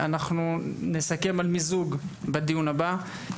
אנחנו נסכם על מיזוג בדיון הבא.